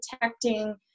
protecting